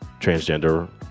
transgender